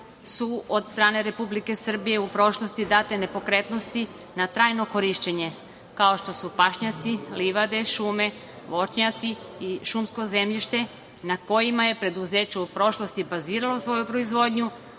su od strane Republike Srbije u prošlosti date nepokretnosti na trajno korišćenje, kao što su pašnjaci, livade, šume, voćnjaci i šumsko zemljište na kojima je preduzeće u prošlosti baziralo svoju proizvodnju,